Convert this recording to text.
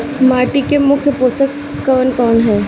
माटी में मुख्य पोषक कवन कवन ह?